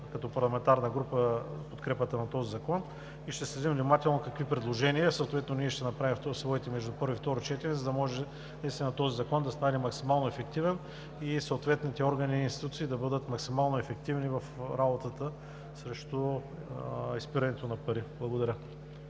като парламентарна група в подкрепата на този закон. Ще следим внимателно какви предложения има и съответно ще направим своите между първо и второ четене, за да може Законът да стане максимално ефективен и съответните органи и институции да бъдат максимално ефективни в работата срещу изпирането на пари. Благодаря.